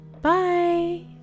Bye